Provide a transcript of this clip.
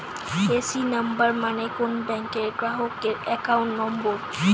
AC number মানে কোন ব্যাংকের গ্রাহকের অ্যাকাউন্ট নম্বর